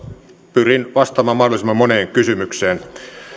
pyrin vastaamaan mahdollisimman moneen kysymykseen